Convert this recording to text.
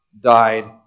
died